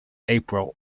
april